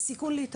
שזה הנושא שלה,